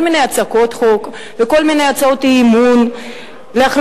כל מיני הצקות חוק וכל מיני הצעות אי-אמון להחלפת